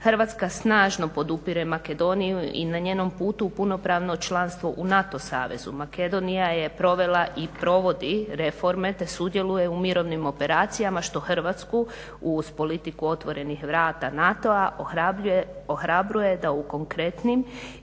Hrvatska snažno podupire Makedoniju i na njenom putu u punopravno članstvo u NATO savezu Makedonija je provela i provodi reforme te sudjeluje mirovnim operacijama što Hrvatsku uz politiku otvorenih vrata NATO-a ohrabruje da u konkretnim